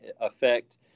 affect